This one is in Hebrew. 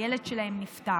שהילד שלהם נפטר.